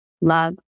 love